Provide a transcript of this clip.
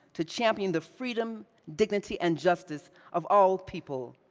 to champion the freedom, dignity, and justice of all people,